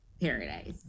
paradise